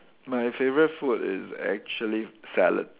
my favourite food is actually salad